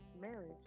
marriage